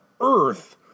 earth